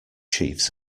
chiefs